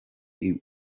ibuye